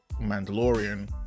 Mandalorian